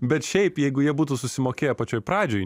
bet šiaip jeigu jie būtų susimokėję pačioj pradžioj